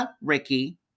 Ricky